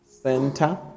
Center